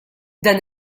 dan